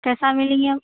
کیسا مِلے گی اب